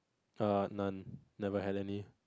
err none never had any